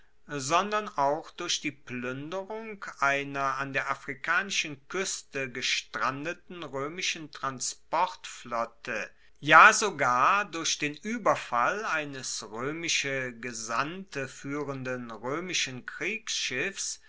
sondern auch durch die pluenderung einer an der afrikanischen kueste gestrandeten roemischen transportflotte ja sogar durch den ueberfall eines roemische gesandte fuehrenden roemischen kriegsschiffs